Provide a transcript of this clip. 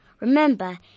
Remember